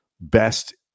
best